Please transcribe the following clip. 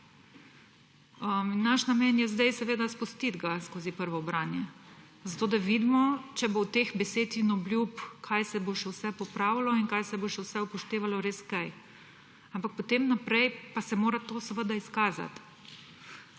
Naš namen je seveda sedaj ga spustiti skozi prvo branje, zato da vidimo, kaj od teh besed in obljub se bo še vse popravilo in kaj se bo še vse upoštevalo, ampak potem naprej pa se mora to seveda izkazati.